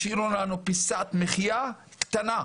השאירו לנו פיסת מחיה קטנה,